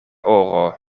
oro